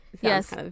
yes